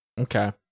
Okay